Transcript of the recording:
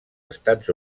estats